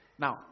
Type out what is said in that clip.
Now